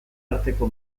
arteko